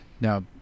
now